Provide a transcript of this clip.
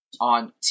on